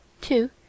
two